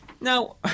Now